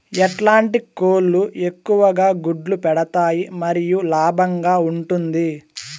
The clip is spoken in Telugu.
ఎట్లాంటి కోళ్ళు ఎక్కువగా గుడ్లు పెడతాయి మరియు లాభంగా ఉంటుంది?